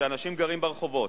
שאנשים גרים ברחובות,